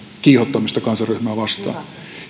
kiihottamista kansanryhmää vastaan